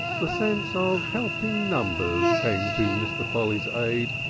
the sense of helping numbers came to mr. polly's aid.